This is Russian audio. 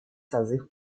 созыв